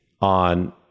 on